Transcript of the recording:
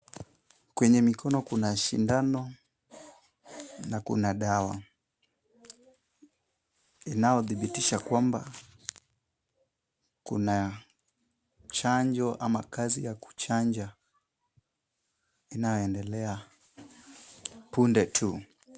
Kwenye mikono kuna sindano na kuna dawa inayodhibitisha kwamba kuna chanjo ama kazi ya kuchanja inaendelea punde tu.